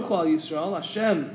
Hashem